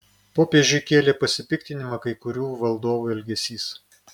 popiežiui kėlė pasipiktinimą kai kurių valdovų elgesys